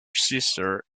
sister